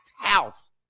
house